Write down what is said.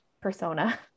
persona